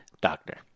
doctor